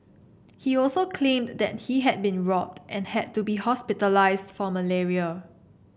he also claimed that he had been robbed and had to be hospitalised for malaria